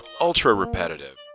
ultra-repetitive